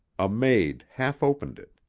a maid half-opened it.